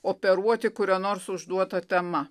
operuoti kuria nors užduota tema